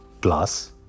glass